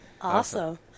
Awesome